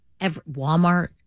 Walmart